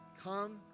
Come